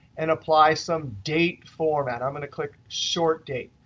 and apply some date format. i'm going to click short date.